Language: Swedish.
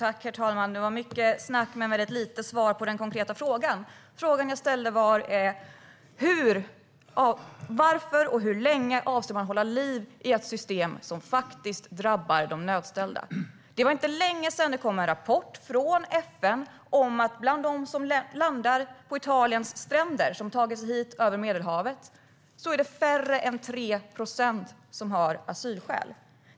Herr talman! Det var mycket snack men lite svar på den konkreta frågan. Frågan jag ställde var varför och hur länge man avser att hålla liv i ett system som faktiskt drabbar de nödställda. Det var inte länge sedan som det kom en rapport från FN om att bland dem som landar på Italiens stränder, som tagit sig dit över Medelhavet, är det mindre än 3 procent som har asylskäl.